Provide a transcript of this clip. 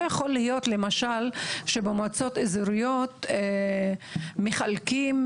לא יכול להיות שבמועצות האזוריות מחלקים,